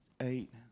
eight